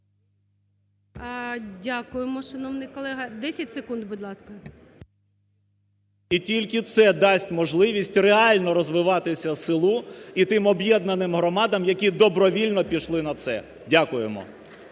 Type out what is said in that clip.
Дякуємо, шановний колего. 10 секунд, будь ласка. СОБОЛЄВ С.В. І тільки це дасть можливість реально розвиватися селу і тим об'єднаним громадам, які добровільно пішли на це. Дякуємо.